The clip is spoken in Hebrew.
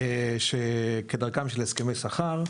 שדרכם בהסכמי שכר,